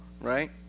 right